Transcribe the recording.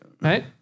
Right